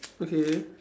okay